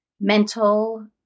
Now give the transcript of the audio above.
mental